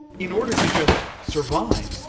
in order to just survive,